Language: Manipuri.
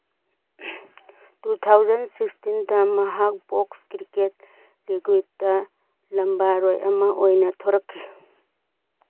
ꯇꯨ ꯊꯥꯎꯖꯟ ꯁꯤꯛꯁꯇꯤꯟꯗ ꯃꯍꯥꯛ ꯕꯣꯛꯁ ꯀ꯭ꯔꯤꯀꯦꯠ ꯂꯤꯀ꯭ꯋꯤꯠꯇ ꯂꯝꯕꯥꯔꯣꯏ ꯑꯃ ꯑꯣꯏꯅ ꯊꯣꯔꯛꯈꯤ